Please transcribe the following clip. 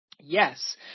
yes